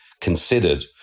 considered